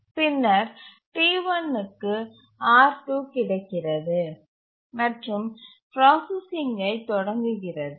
பின்னர் T1 க்கு R2 கிடைக்கிறது மற்றும் ப்ராசசிங்கை தொடங்குகிறது